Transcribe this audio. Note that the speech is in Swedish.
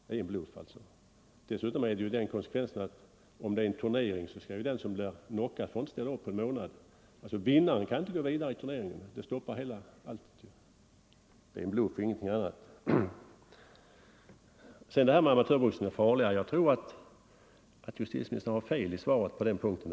Den som blivit knockad får inte ställa upp på en månad, och om det är fråga om en turnering får den här bestämmelsen om knockouten den konsekvensen att vinnaren i en match kan bli förhindrad att gå vidare till nästa omgång. Så det här är en bluff, ingenting annat. Vad sedan beträffar mitt påstående att amatörboxningen är farligare, så tror jag att justitieministern har fel på den punkten.